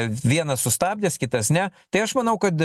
vienas sustabdęs kitas ne tai aš manau kad